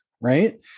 right